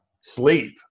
sleep